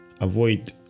Avoid